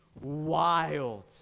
Wild